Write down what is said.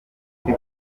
ndi